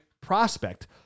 prospect